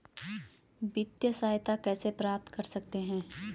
वित्तिय सहायता कैसे प्राप्त कर सकते हैं?